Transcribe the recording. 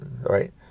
right